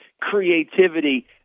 creativity